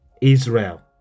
Israel